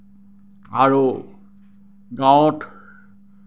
আৰু গাঁৱত